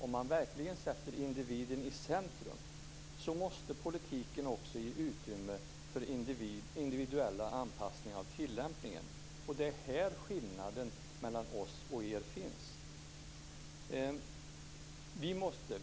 Om man verkligen sätter individen i centrum måste politiken också ge utrymme för individuella anpassningar när det gäller tillämpningen. Det är i det här avseendet som skillnaden mellan oss och er finns.